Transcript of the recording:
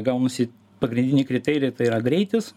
gaunasi pagrindiniai kriterijai tai yra greitis